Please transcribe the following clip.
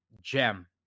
gem